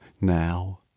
now